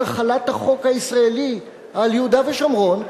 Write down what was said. החלת החוק הישראלי על יהודה ושומרון,